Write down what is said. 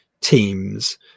teams